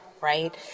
right